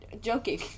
joking